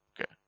Okay